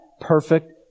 perfect